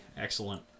excellent